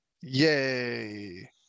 Yay